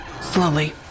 Slowly